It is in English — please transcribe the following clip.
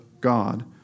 God